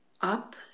up